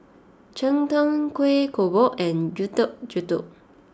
Cheng Tng Kuih Kodok and Getuk Getuk